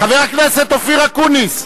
חבר הכנסת אופיר אקוניס,